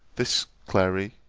this, clary,